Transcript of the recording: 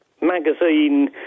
magazine